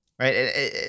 right